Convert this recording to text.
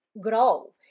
Grow